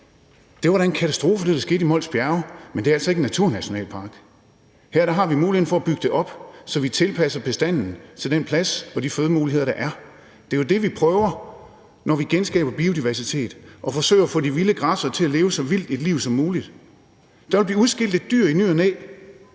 Det var da en katastrofe med det, der skete i Mols Bjerge, men det er altså ikke en naturnationalpark. Her har vi muligheden for at bygge det op, så vi tilpasser bestanden til den plads og de fødemuligheder, der er. Det er jo det, vi prøver på, når vi genskaber biodiversitet, idet vi forsøger at få de vilde græssere til at leve så vildt et liv som muligt. Der vil i ny og næ blive udskilt et dyr, der vil